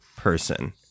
Person